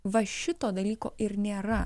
va šito dalyko ir nėra